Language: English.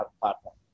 platform